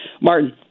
Martin